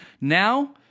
Now